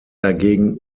dagegen